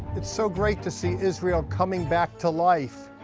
it's so great to see israel coming back to life.